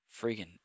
friggin